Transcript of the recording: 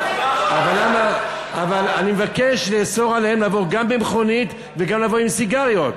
אבל אני מבקש לאסור עליהם גם לבוא במכונית וגם לבוא עם סיגריות.